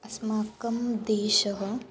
अस्माकं देशः